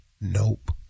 Nope